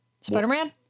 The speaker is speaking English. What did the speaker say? Spider-Man